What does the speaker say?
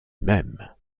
même